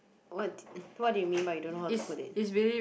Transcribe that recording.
what what do you mean by you don't know how to collate